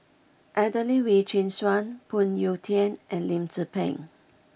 Adelene Wee Chin Suan Phoon Yew Tien and Lim Tze Peng